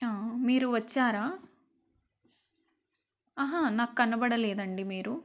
మీరు వచ్చారా నాకు కనబడలేదండి మీరు